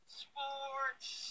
sports